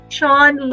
Sean